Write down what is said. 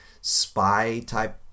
spy-type